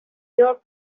your